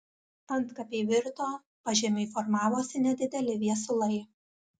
antkapiai virto pažemiui formavosi nedideli viesulai